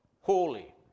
Holy